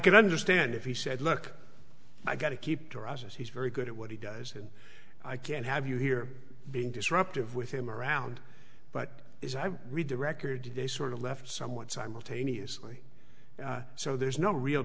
could understand if he said look i got to keep garages he's very good at what he does and i can't have you here being disruptive with him around but if i read the record they sort of left someone simultaneously so there's no real